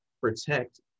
protect